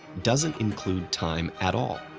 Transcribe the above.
doesn't include time at all.